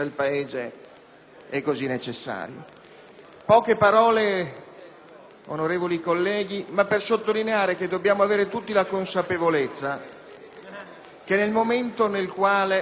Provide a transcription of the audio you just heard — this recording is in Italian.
è così necessario.